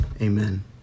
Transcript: Amen